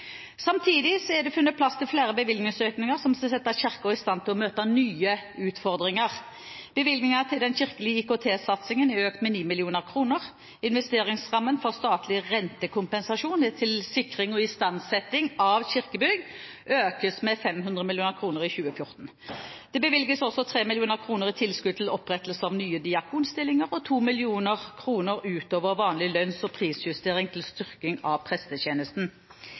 Samtidig er det funnet plass til flere bevilgningsøkninger som skal sette Kirken i stand til å møte nye utfordringer. Bevilgningene til den kirkelige IKT-satsingen er økt med 9 mill. kr. Investeringsrammen for statlig rentekompensasjon til sikring og istandsetting av kirkebygg økes med 500 mill. kr i 2014. Det bevilges også 3 mill. kr i tilskudd til opprettelse av nye diakonstillinger og 2 mill. kr utover vanlig lønns- og prisjustering til styrking av prestetjenesten.